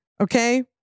Okay